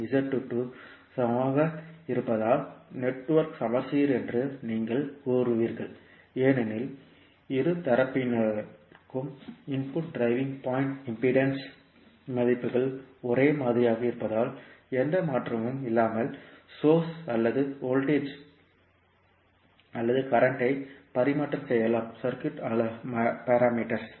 மற்றும் சமமாக இருப்பதால் நெட்வொர்க் சமச்சீர் என்று நீங்கள் கூறுவீர்கள் ஏனெனில் இரு தரப்பினருக்கும் இன்புட் டிரைவிங் பாயிண்ட் இம்பிடேன்ஸ் மதிப்புகள் ஒரே மாதிரியாக இருப்பதால் எந்த மாற்றமும் இல்லாமல் சோர்ஸ் அல்லது வோல்டேஜ் அல்லது கரண்ட் ஜ பரிமாற்றம் செய்யலாம் சர்க்யூட் அளவுருக்கள்